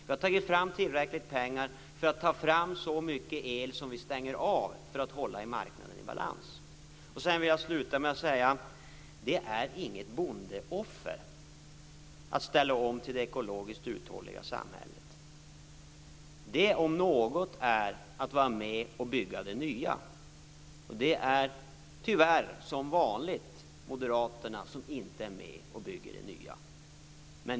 Vi har tagit fram tillräckligt med pengar för att skapa lika mycket el som vi stänger av, så att vi håller marknaden i balans. Slutligen vill jag säga: Det är inget bondeoffer att ställa om till den ekologiskt uthålliga samhället. Det om något är att vara med och bygga det nya. Det är tyvärr som vanligt Moderaterna som inte är med och bygger det nya.